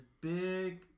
big